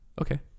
okay